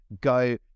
go